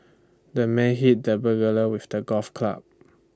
the man hit the burglar with A golf club